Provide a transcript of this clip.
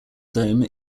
dome